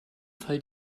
fall